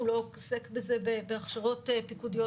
הוא לא עוסק בזה בהכשרות פיקודיות